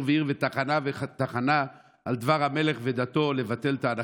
ועיר ותחנה ותחנה על דבר המלך ודתו ולבטל את ההנחה.